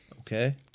Okay